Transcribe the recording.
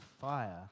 fire